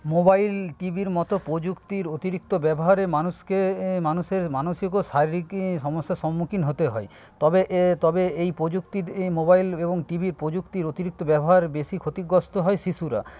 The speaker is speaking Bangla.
মোবাইল টিভির মতো প্রযুক্তির অতিরিক্ত ব্যবহারে মানুষকে মানুষের মানসিক ও শারীরিক সমস্যার সম্মুখীন হতে হয় তবে এ তবে এই প্রযুক্তির মোবাইল এবং টিভির প্রযুক্তির অতিরিক্ত ব্যবহারে বেশি ক্ষতিগ্রস্থ হয় শিশুরা